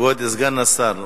כבוד סגן השר,